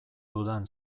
dudan